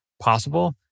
possible